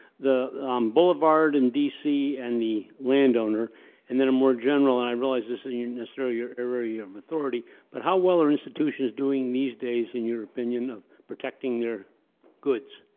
the boulevard in dc and the land owner and then more general, and i realize this isn't necessarily your area of authority, but how well are institutions doing these days in your opinion of protecting their goods?